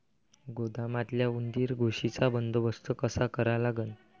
गोदामातल्या उंदीर, घुशीचा बंदोबस्त कसा करा लागन?